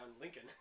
Lincoln